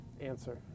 answer